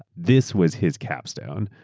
this was his capstone.